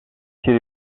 she